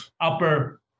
upper